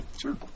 Sure